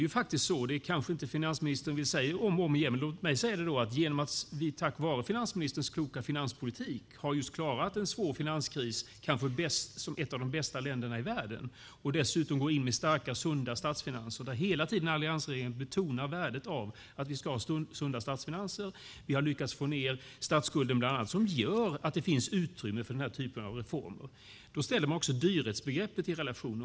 Finansministern kanske inte vill säga detta om och om igen, men låt mig säga det: Tack vare finansministerns kloka politik har vi klarat en svår finanskris bättre än de flesta länderna i världen. Vi har dessutom starka och sunda statsfinanser. Alliansregeringen betonar hela tiden värdet av detta. Vi har lyckats få ned statsskulden, vilket gör att det finns utrymme för denna typ av reformer. Detta ställer dyrhetsbegreppet i relation.